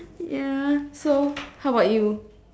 ya so how about you